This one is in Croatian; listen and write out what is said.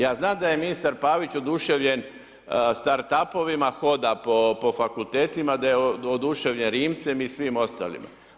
Ja znam da je ministar Pavić oduševljen Start apovima, hoda po fakultetima, da je oduševljen Rimcem i svim ostalima.